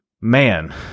man